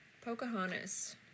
pocahontas